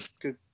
good